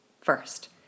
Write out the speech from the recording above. first